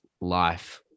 life